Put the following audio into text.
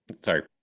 sorry